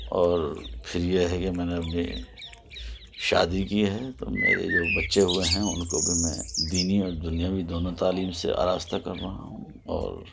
اور پھر یہ ہے کہ میں نے اپنی شادی کی ہے تو میرے جو بچے ہوئے ہیں اُن کو بھی میں دینی اور دنیاوی دونوں تعلیم سے آراستہ کر رہا ہوں اور